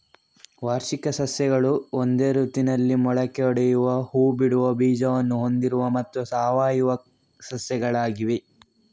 ವಾರ್ಷಿಕ ಸಸ್ಯಗಳು ಒಂದೇ ಋತುವಿನಲ್ಲಿ ಮೊಳಕೆಯೊಡೆಯುವ ಹೂ ಬಿಡುವ ಬೀಜವನ್ನು ಹೊಂದಿರುವ ಮತ್ತು ಸಾಯುವ ಸಸ್ಯಗಳಾಗಿವೆ